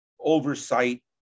oversight